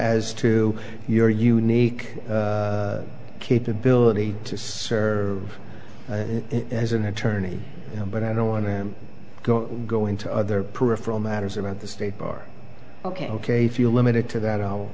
as to your unique capability to serve as an attorney but i don't want to go go into other peripheral matters about the state bar ok ok if you're limited to that